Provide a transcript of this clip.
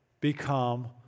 become